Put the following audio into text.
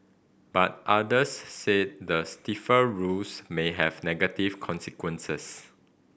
but others said the stiffer rules may have negative consequences